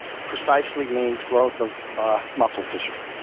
precisely means growth of muscle tissue.